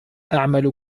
أعمل